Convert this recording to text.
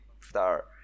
star